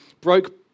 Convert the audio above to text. broke